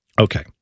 Okay